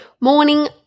morning